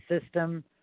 system